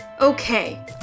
Okay